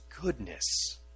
goodness